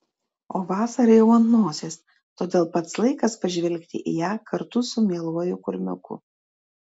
o vasara jau ant nosies todėl pats laikas pažvelgti į ją kartu su mieluoju kurmiuku